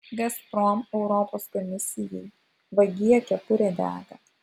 gazprom europos komisijai vagie kepurė dega